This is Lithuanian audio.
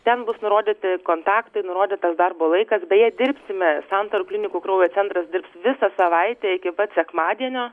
ten bus nurodyti kontaktai nurodytas darbo laikas beje dirbsime santaros klinikų kraujo centras dirbs visą savaitę iki pat sekmadienio